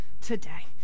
today